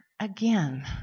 again